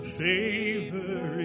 favor